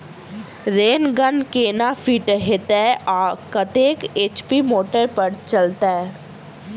Rain gun केना fit हेतइ आ कतेक एच.पी मोटर पर चलतै?